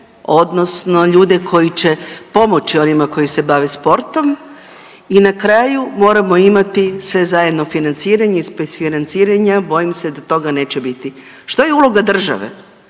odnosno ljude koji će pomoći onima koji se bave sportom i na kraju moramo imati sve zajedno financiranje, ispred financiranja bojim se da tog neće biti. Što je uloga države?